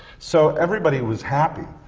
so everybody was happy.